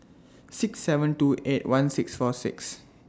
six seven two eight one six four six